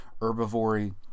herbivory